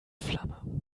flamme